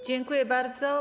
Dziękuję bardzo.